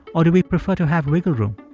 or do we prefer to have wiggle room?